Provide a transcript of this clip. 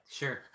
sure